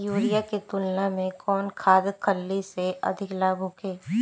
Urea के तुलना में कौन खाध खल्ली से अधिक लाभ होखे?